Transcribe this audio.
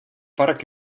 park